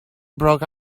broke